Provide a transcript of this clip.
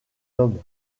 homme